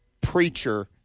preacher